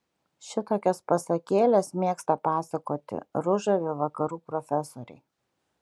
šitokias pasakėles mėgsta pasakoti ružavi vakarų profesoriai